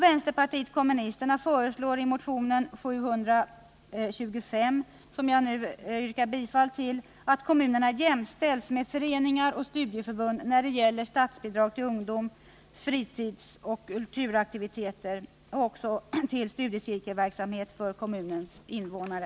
Vpk föreslår i motionen 725, som jag nu yrkar bifall till, att kommunerna jämställs med föreningar och studieförbund när det gäller statsbidrag till ungdoms-, fritidsoch kulturaktiviteter samt till studiecirkelverksamhet för kommunens invånare.